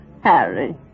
Harry